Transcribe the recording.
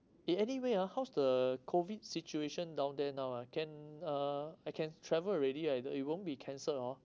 eh anyway ah how's the COVID situation down there now ah can uh I can travel already ah it it won't be cancelled hor